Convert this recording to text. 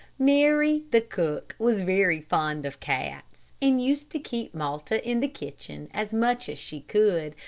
mary, the cook, was very fond of cats, and used to keep malta in the kitchen as much as she could,